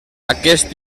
aquest